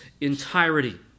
entirety